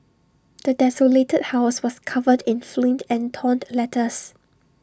the desolated house was covered in filth and torn letters